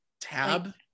tab